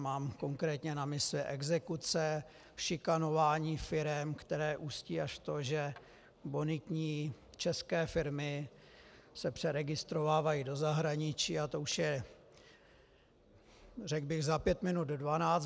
Mám konkrétně na mysli exekuce, šikanování firem, které ústí až v to, že bonitní české firmy se přeregistrovávají do zahraničí, a to už je, řekl bych, za pět minut dvanáct.